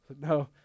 No